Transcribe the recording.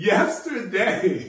Yesterday